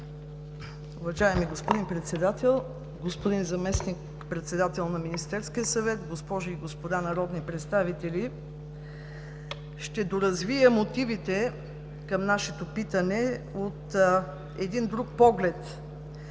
Уважаеми господин Председател, господин Заместник-председател на Министерския съвет, госпожи и господа народни представители! Ще доразвия мотивите към нашето питане от един друг поглед